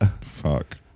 Fuck